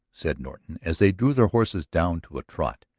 said norton as they drew their horses down to a trot,